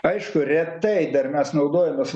aišku retai dar mes naudojamės